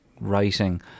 writing